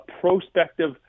prospective